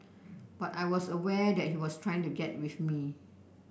but I was aware that he was trying to get with me